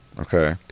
Okay